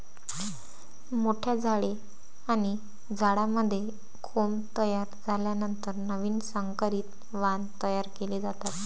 मोठ्या झाडे आणि झाडांमध्ये कोंब तयार झाल्यानंतर नवीन संकरित वाण तयार केले जातात